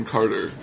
Carter